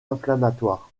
inflammatoires